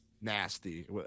nasty